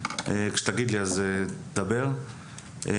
תדבר גם